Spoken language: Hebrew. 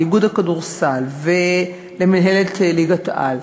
לאיגוד הכדורסל ולמינהלת ליגת-העל,